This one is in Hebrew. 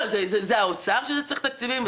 האוצר צריך לאשר תקציבים,